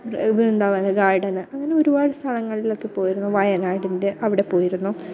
Vrindavan garden അങ്ങനെ ഒരുപാട് സ്ഥലങ്ങളിലൊക്കെ പോയിരുന്നു വയനാടിന്റെ അവിടെ പോയിരുന്നു